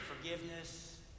Forgiveness